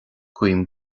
guím